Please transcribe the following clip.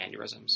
aneurysms